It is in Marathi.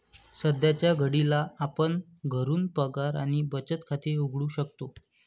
सध्याच्या घडीला आपण घरून पगार आणि बचत खाते उघडू शकतो